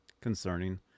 concerning